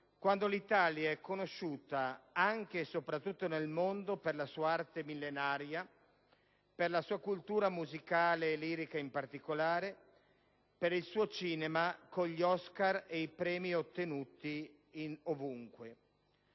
quando l'Italia è conosciuta nel mondo anche e soprattutto per la sua arte millenaria, per la sua cultura musicale, e lirica in particolare, per il suo cinema, con gli Oscar e i premi ottenuti ovunque?